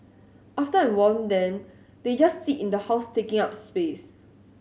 after I've worn them they just sit in the house taking up space